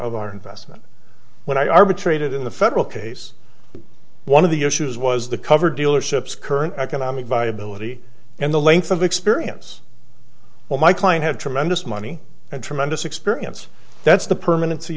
of our investment when i arbitrated in the federal case one of the issues was the cover dealerships current economic viability and the length of experience well my client had tremendous money and tremendous experience that's the permanen